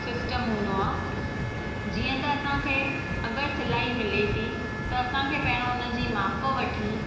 system हूंदो आहे जीअं त असांखे अगरि सिलाई मिले थी त असांखे पहिरों हुनजी माप वठी